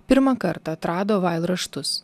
pirmą kartą atrado vail raštus